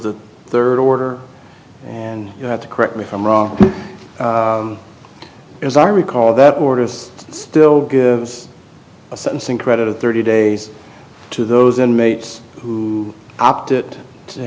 the third order and you have to correct me if i'm wrong as i recall that order still give a sentencing credit of thirty days to those inmates who opted to